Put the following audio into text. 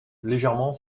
légèrement